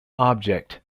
object